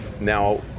now